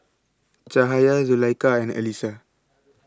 Cahaya Zulaikha and Alyssa